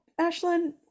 ashlyn